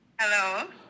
Hello